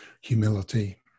humility